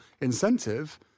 incentive